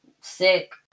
sick